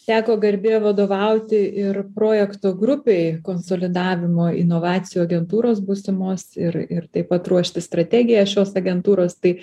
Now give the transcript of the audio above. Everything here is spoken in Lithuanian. teko garbė vadovauti ir projekto grupei konsolidavimo inovacijų agentūros būsimos ir ir taip pat ruošti strategiją šios agentūros tai